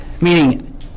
Meaning